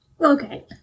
Okay